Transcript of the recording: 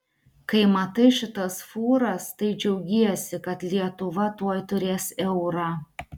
kai matai šitas fūras tai džiaugiesi kad lietuva tuoj turės eurą